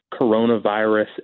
coronavirus